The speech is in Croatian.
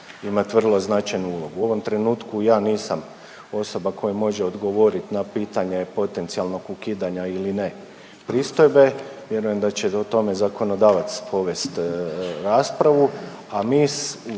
imat vrlo značajnu ulogu. U ovom trenutku ja nisam osoba koja može odgovoriti na pitanje potencijalnog ukidanja ili ne pristojbe, vjerujem da će o tome zakonodavac povesti raspravu, a mi